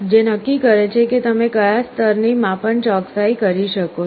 જે નક્કી કરે છે કે તમે કયા સ્તરની માપન ચોકસાઈ કરી શકો છો